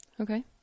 Okay